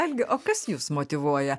algi o kas jus motyvuoja